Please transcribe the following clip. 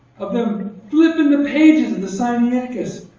of them flipping the pages of the sinaiticus.